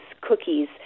cookies